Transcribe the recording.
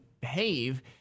behave